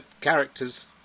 characters